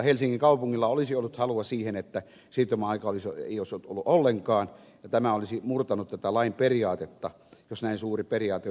helsingin kaupungilla olisi ollut halua siihen että siirtymäaikaa ei olisi ollut ollenkaan ja tämä olisi murtanut tätä lain periaatetta jos näin suuri periaate olisi hyväksytty